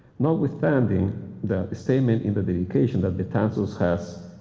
not withstanding that the statement in the dedication that betanzos has,